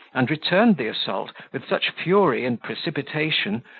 and returned the assault with such fury and precipitation,